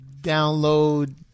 download